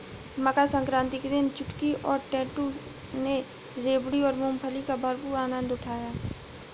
मकर सक्रांति के दिन चुटकी और टैटू ने रेवड़ी और मूंगफली का भरपूर आनंद उठाया